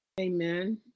Amen